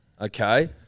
Okay